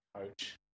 coach